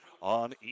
On